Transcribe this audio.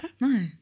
No